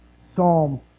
psalm